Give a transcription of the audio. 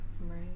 Right